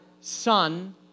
Son